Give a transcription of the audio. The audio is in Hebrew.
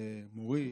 מורי,